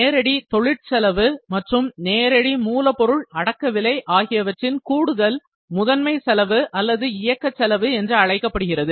நேரடி தொழிற் செலவு மற்றும் நேரடி மூலப்பொருள் அடக்கவிலை ஆகியவற்றின் கூடுதல் முதன்மை செலவு அல்லது இயக்கச் செலவு என்று அழைக்கப்படுகிறது